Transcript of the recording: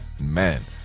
Man